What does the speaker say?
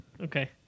Okay